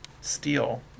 Steel